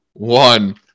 One